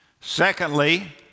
Secondly